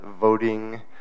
voting